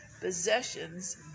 possessions